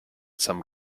some